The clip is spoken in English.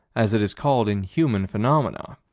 as it is called in human phenomena